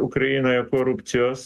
ukrainoje korupcijos